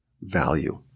value